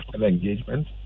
engagement